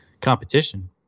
competition